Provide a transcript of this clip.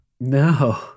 No